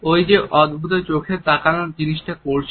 ও সেই অদ্ভুত চোখের তাকানো জিনিসটা করছে